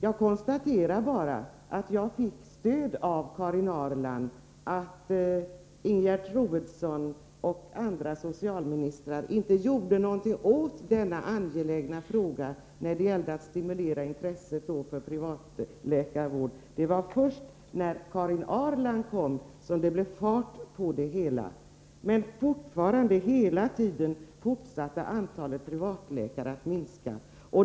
Jag konstaterar bara att jag fick stöd av Karin Ahrland, att Ingegerd Troedsson och de borgerliga socialministrarna inte gjorde någonting åt den angelägna frågan att stimulera intresset för privatläkarvård. Det var först när Karin Ahrland blev statsråd som det blev fart på det hela. Hela tiden fortsatte emellertid antalet privatläkare att minska.